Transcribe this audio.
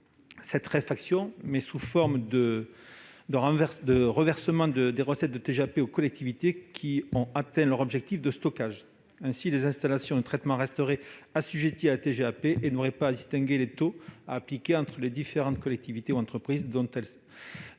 cette réfaction sous forme d'un reversement des recettes de la TGAP aux collectivités ayant atteint leurs objectifs de stockage. Ainsi, les installations de traitement resteraient assujetties à la TGAP, et n'auraient pas à distinguer les taux à appliquer entre les différentes collectivités ou entreprises dont elles